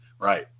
Right